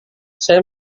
saya